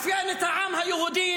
זה לא מאפיין את העם היהודי,